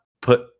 put